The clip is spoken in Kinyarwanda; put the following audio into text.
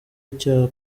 icyaha